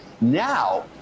Now